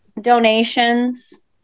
donations